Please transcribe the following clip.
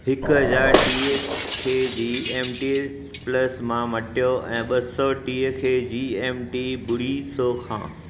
हिकु हज़ार टीह खे जी एम टी प्लस मां मटियो ऐं ॿ सौ टीह खे जी एम टी ॿुड़ी सौ खां